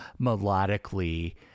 melodically